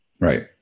Right